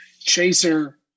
chaser